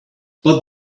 but